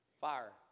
fire